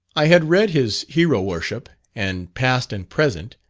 i had read his hero-worship, and past and present,